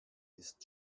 ist